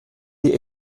die